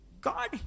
God